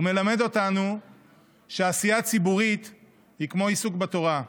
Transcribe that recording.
הוא מלמד אותנו שעשייה ציבורית היא כמו עיסוק בתורה,